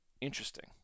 interesting